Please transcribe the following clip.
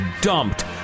dumped